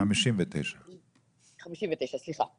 1959. 1959, סליחה.